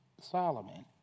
Solomon